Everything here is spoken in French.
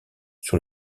sur